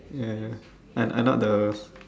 ya I I not the